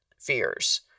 fears